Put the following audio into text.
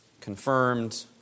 confirmed